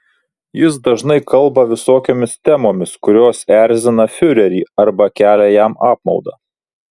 jis dažnai kalba visokiomis temomis kurios erzina fiurerį arba kelia jam apmaudą